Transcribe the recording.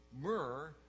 myrrh